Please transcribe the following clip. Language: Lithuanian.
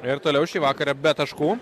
ir toliau šį vakarą be taškų